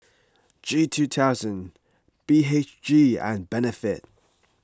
G two thousand B H G and Benefit